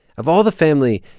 of all the family,